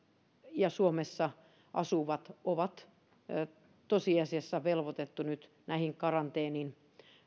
ja suomessa asuvat on tosiasiassa velvoitettu nyt karanteenin